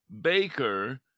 Baker